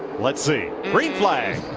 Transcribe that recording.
let's see. green flag.